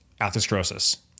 atherosclerosis